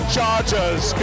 Chargers